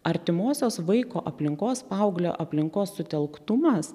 artimosios vaiko aplinkos paauglio aplinkos sutelktumas